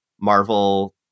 Marvel